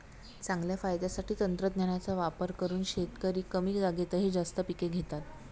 चांगल्या फायद्यासाठी तंत्रज्ञानाचा वापर करून शेतकरी कमी जागेतही जास्त पिके घेतात